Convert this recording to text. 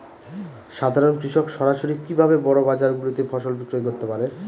সাধারন কৃষক সরাসরি কি ভাবে বড় বাজার গুলিতে ফসল বিক্রয় করতে পারে?